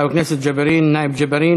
חבר הכנסת יוסף ג'בארין.